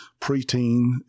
Preteen